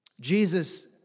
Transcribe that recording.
Jesus